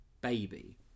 baby